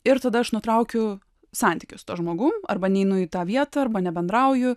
ir tada aš nutraukiu santykius tuo žmogum arba neinu į tą vietą arba nebendrauju